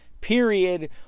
period